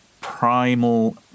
primal